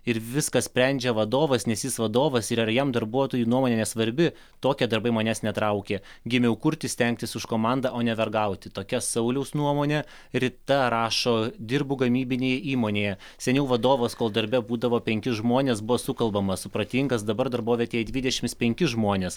ir viską sprendžia vadovas nes jis vadovas ir ar jam darbuotojų nuomonė nesvarbi tokie darbai manęs netraukia gimiau kurti stengtis už komandą o ne vergauti tokia sauliaus nuomonė rita rašo dirbu gamybinėj įmonėje seniau vadovas kol darbe būdavo penki žmonės buvo sukalbamas supratingas dabar darbovietėje dvidešimt penki žmonės